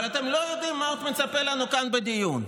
אבל אתם לא יודעים מה עוד מצפה לנו כאן בדיון.